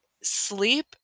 sleep